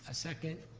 ah second?